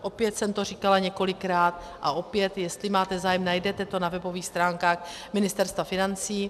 Opět jsem to říkala několikrát a opět, jestli máte zájem, najdete to na webových stránkách Ministerstva financí.